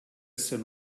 zen